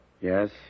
Yes